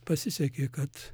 pasisekė kad